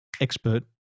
expert